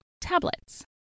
Tablets